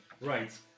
right